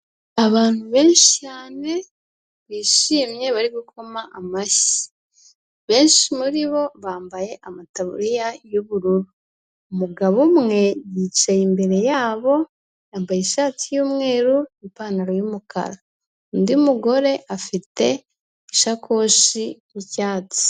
Abantu benshi cyane bishimye bari gukoma amashyi. Benshi muri bo bambaye amataburiya y'ubururu. Umugabo umwe yicaye imbere yabo yambaye ishati y'umweru n'ipantaro y'umukara. Undi mugore afite ishakoshi y'icyatsi.